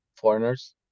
foreigners